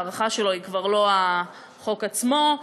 ההארכה שלו היא כבר לא החוק עצמו.